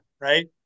right